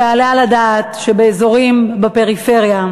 לא יעלה על הדעת שבאזורי הפריפריה,